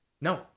No